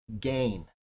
gain